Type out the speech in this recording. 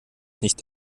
nicht